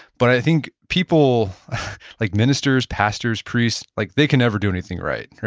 but i think people like ministers, pastors, priests, like they can never do anything right, right?